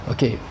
Okay